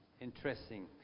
interesting